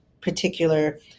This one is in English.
particular